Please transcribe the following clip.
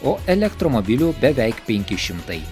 o elektromobilių beveik penki šimtai